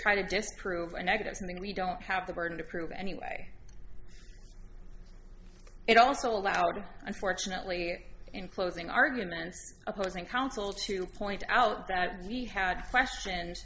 try to disprove a negative something we don't have the burden to prove anyway it also allowed him unfortunately in closing arguments opposing counsel to point out that he had questioned